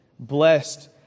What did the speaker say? Blessed